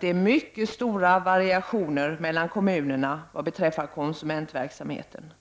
det mycket stora variationer mellan kommunerna vad beträffar konsumentverksamheten.